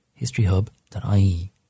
historyhub.ie